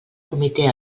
comitè